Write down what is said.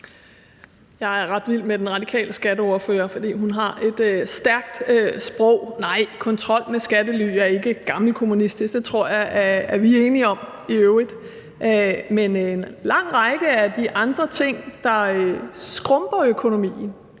Jeg er ret vild med den radikale skatteordfører, fordi hun har et stærkt sprog. Nej, kontrol med skattely er ikke gammelkommunistisk. Det tror jeg vi er enige om i øvrigt. Men en lang række af de andre ting, der skrumper økonomien